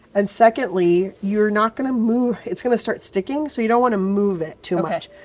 and secondly, you're not going to move it's going to start sticking, so you don't want to move it too much.